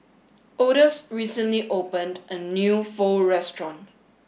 Odus recently opened a new Pho restaurant